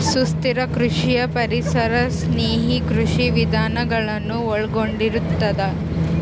ಸುಸ್ಥಿರ ಕೃಷಿಯು ಪರಿಸರ ಸ್ನೇಹಿ ಕೃಷಿ ವಿಧಾನಗಳನ್ನು ಒಳಗೊಂಡಿರುತ್ತದೆ